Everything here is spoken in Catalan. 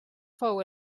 fou